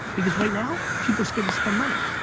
because right now, people are scared to spend money.